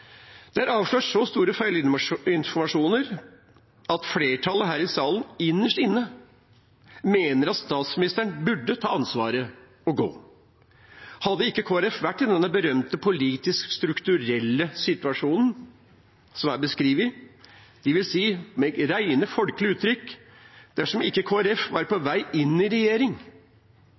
Det er avslørt så mye feilinformasjon at flertallet her i salen innerst inne mener at statsministeren bør ta ansvaret og gå. Hadde ikke Kristelig Folkeparti vært i denne berømte politisk-strukturelle situasjonen som er beskrevet, det vil si – med rene, folkelige ord – dersom ikke Kristelig Folkeparti var på vei inn i regjering,